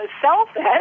selfish